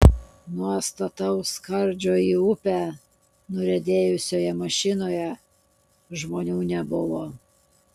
nuo stataus skardžio į upę nuriedėjusioje mašinoje žmonių nebuvo